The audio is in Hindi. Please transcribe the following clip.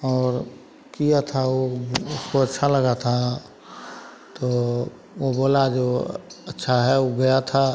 और किया था वह उसको अच्छा लगा था तो ओ बोला जो अच्छा है वह गया था